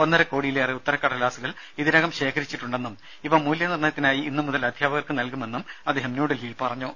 ഒന്നരക്കോടിയിലേറെ ഉത്തരക്കടലാസുകൾ ഇതിനകം ശേഖരിച്ചിട്ടുണ്ടെന്നും ഇവ മൂല്യനിർണയത്തിനായി ഇന്നു മുതൽ അധ്യാപകർക്ക് നൽകുമെന്നും അദ്ദേഹം പറഞ്ഞു